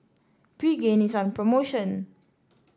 Pregain is on promotion